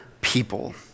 people